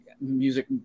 music